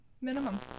Minimum